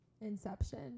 Inception